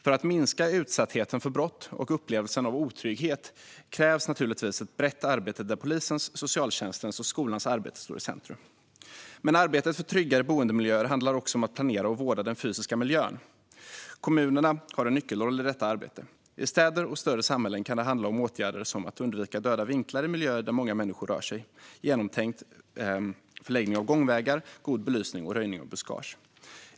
För att minska utsattheten för brott och upplevelsen av otrygghet krävs naturligtvis ett brett arbete där polisens, socialtjänstens och skolans arbete står i centrum. Arbetet för tryggare boendemiljöer handlar också om att planera och vårda den fysiska miljön. Kommunerna har en nyckelroll i detta arbete. I städer och större samhällen kan det handla om åtgärder som att undvika döda vinklar i miljöer där många människor rör sig, genomtänkt förläggning av gångvägar, god belysning och röjning av buskage.